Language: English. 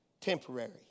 temporary